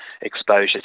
exposure